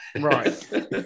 Right